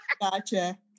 Gotcha